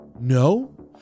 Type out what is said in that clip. No